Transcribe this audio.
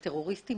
לטרוריסטים